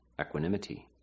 equanimity